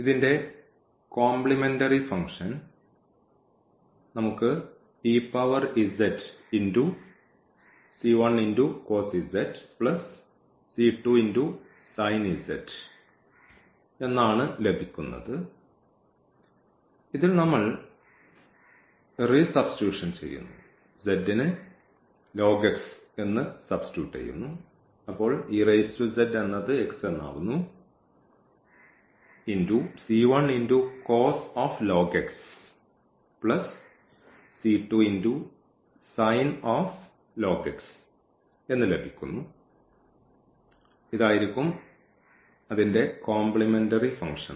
അതിനാൽ ഈ സമവാക്യത്തിന്റെ കോംപ്ലിമെൻററി ഫംഗ്ഷൻ